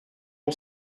all